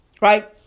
right